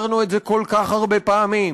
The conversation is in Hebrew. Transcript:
אמרנו את זה כל כך הרבה פעמים,